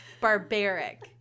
Barbaric